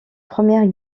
première